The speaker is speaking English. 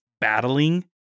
battling